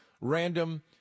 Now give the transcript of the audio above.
random